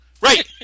right